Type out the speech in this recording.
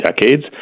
decades